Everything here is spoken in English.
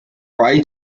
try